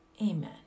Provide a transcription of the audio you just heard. Amen